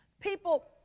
people